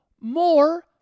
more